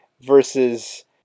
versus